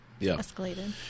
escalated